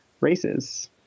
races